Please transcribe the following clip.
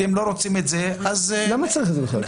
אם אתם לא רוצים להחריג --- למה צריך את זה בכלל?